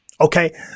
Okay